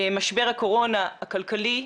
משבר הקורונה הכלכלי,